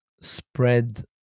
spread